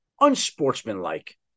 unsportsmanlike